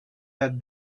that